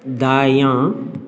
दायाँ